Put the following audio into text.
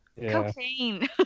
Cocaine